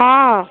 ହଁ